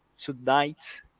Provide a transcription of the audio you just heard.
tonight